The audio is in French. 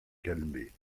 calmer